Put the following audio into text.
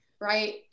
right